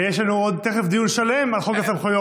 ויש לנו תכף דיון שלם על חוק הסמכויות,